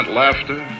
laughter